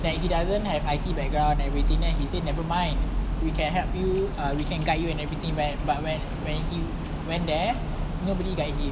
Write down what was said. that he doesn't have I_T background and everything then he say never mind we can help you err we can guide you and everything there but when when he went there nobody guide him